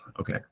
Okay